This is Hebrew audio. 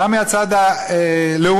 גם מהצד הלאומי,